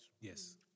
Yes